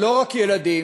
אבל לא רק ילדים,